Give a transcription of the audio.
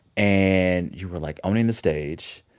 and you were, like, owning the stage,